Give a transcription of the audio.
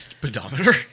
Pedometer